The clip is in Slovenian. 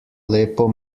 lepo